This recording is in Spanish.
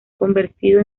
convertido